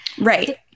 right